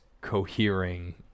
cohering